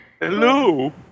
Hello